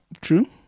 True